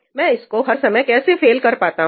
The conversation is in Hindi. मैं इसको हर समय कैसे फेल कर पाता हूं